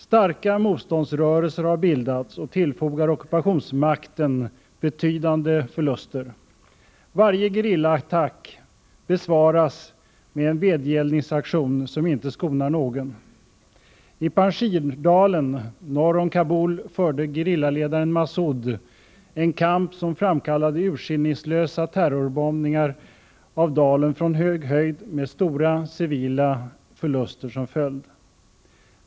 Starka motståndsrörelser har bildats och tillfogar ockupationsmakten betydande förluster. Varje gerillaattack besvaras med en vedergällningsaktion som inte skonar någon. I Pansjirdalen norr om Kabul förde gerillaledaren Massoud en kamp, som framkallade urskillningslösa terrorbombningar av dalen från hög höjd med stora civila förluster som följd.